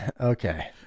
Okay